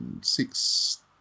Six